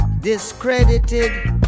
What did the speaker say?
Discredited